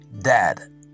Dad